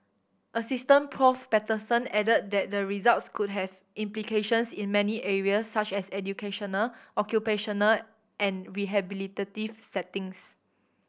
Asstistant Prof Patterson added that the results could have implications in many areas such as educational occupational and rehabilitative settings